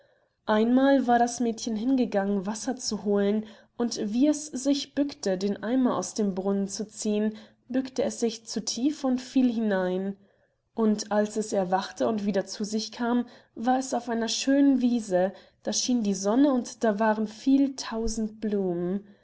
einmal war das mädchen hingegangen wasser zu holen und wie es sich bückte den eimer aus dem brunnen zu ziehen bückte es sich zu tief und fiel hinein und als es erwachte und wieder zu sich selber kam war es auf einer schönen wiese da schien die sonne und waren viel tausend blumen